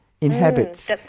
inhabits